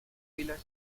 village